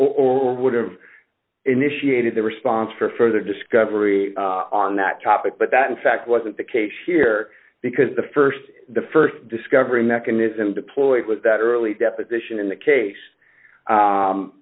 or would have initiated the response for further discovery on that topic but that in fact wasn't the case here because the st the st discovery mechanism deployed was that early deposition in the case